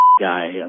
guy